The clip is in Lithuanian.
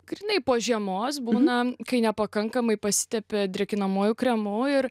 grynai po žiemos būna kai nepakankamai pasitepi drėkinamuoju kremu ir